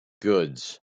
goods